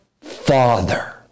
Father